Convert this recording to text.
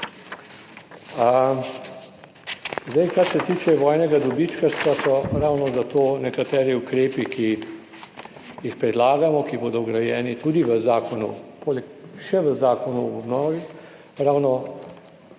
Zdaj kar se tiče vojnega dobičkarstva so ravno zato nekateri ukrepi, ki jih predlagamo, ki bodo vgrajeni tudi v zakonu poleg še v Zakonu o obnovi, ravno